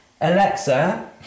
Alexa